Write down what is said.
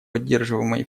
поддерживаемые